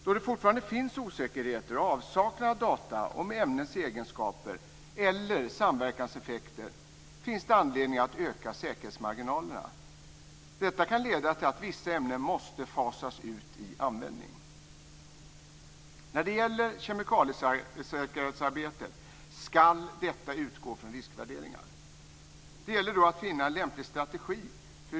Då det fortfarande finns osäkerhet och avsaknad av data om ämnens egenskaper eller samverkanseffekter finns det anledning att öka säkerhetsmarginalerna. Detta kan leda till att vissa ämnen måste fasas ut i användning. När det gäller kemikaliesäkerhetsarbetet ska detta utgå från riskvärderingar. Det gäller då att finna en lämplig strategi.